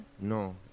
No